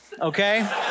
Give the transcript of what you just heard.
Okay